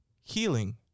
healing